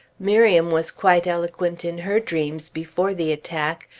miriam was quite eloquent in her dreams before the attack,